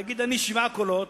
יגיד: אני שבעה קולות,